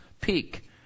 peak